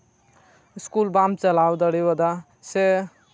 school ᱵᱟᱢ ᱪᱟᱞᱟᱣ ᱫᱟᱲᱮᱣᱟᱫᱟ ᱥᱮ